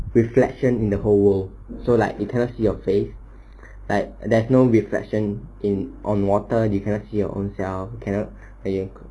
reflection in the whole world so like you cannot see your face like there's no reflection in on water you cannot see your own self cannot and you